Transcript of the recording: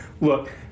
Look